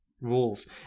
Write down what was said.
rules